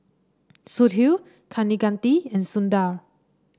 Sudhir Kaneganti and Sundar